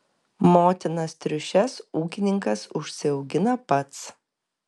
motinas triušes ūkininkas užsiaugina pats